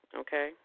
okay